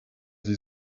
sie